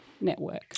network